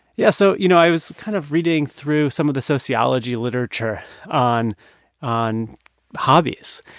yeah. so, you know, i was kind of reading through some of the sociology literature on on hobbies.